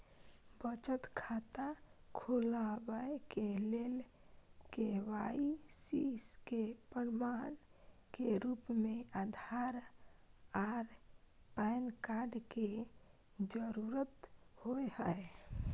बचत खाता खोलाबय के लेल के.वाइ.सी के प्रमाण के रूप में आधार आर पैन कार्ड के जरुरत होय हय